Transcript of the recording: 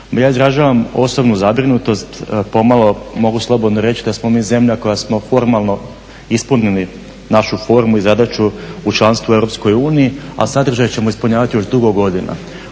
ja izražavam osobnu zabrinutost pomalo mogu slobodno reći da smo mi zemlja koja smo formalno ispunili našu formu i zadaću u članstvu u Europskoj uniji, a sadržaje ćemo ispunjavati još dugo godina.